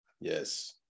Yes